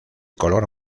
color